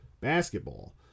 basketball